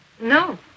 No